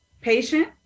Patient